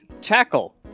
Tackle